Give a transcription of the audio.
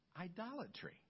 idolatry